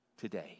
today